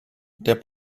der